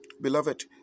Beloved